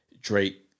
Drake